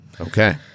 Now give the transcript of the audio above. okay